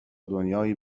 دنیایی